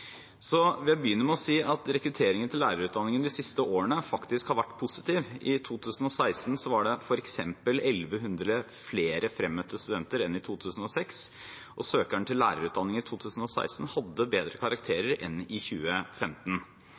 Jeg vil begynne med å si at rekrutteringen til lærerutdanningen de siste årene faktisk har vært positiv. I 2016 var det f.eks. 1 100 flere fremmøtte studenter enn i 2006, og søkerne til lærerutdanningen i 2016 hadde bedre karakterer enn i 2015.